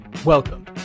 Welcome